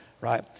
Right